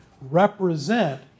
represent